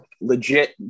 legit